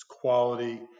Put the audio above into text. quality